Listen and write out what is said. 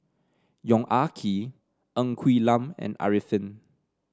Yong Ah Kee Ng Quee Lam and Arifin